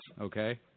okay